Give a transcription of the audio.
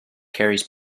carries